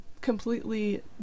completely